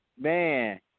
Man